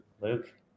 Luke